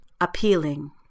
appealing